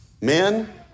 Men